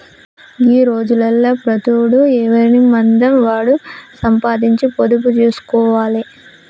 గీ రోజులల్ల ప్రతోడు ఎవనిమందం వాడు సంపాదించి పొదుపు జేస్కోవాలె